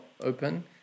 open